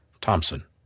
Thompson